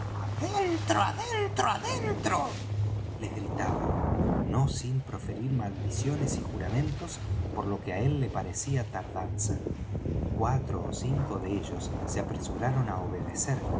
adentro adentro adentro les gritaba no sin proferir maldiciones y juramentos por lo que á él le parecía tardanza cuatro ó cinco de ellos se apresuraron á obedecer